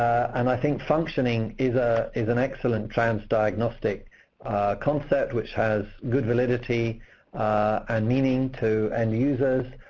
and i think functioning is ah is an excellent transdiagnostic concept, which has good validity and meaning to end users.